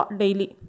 daily